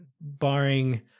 barring